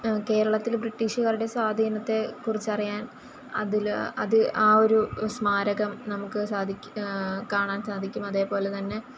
കേരളത്തില് ബ്രിട്ടീഷുകാരുടെ സ്വാധീനത്തെ കുറിച്ചറിയാൻ അതിൽ അത് ആ ഒര് പ് സ്മാരകം നമുക്ക് സാധിക് കാണാൻ സാധിക്കും അതേപോലെ തന്നെ